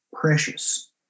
precious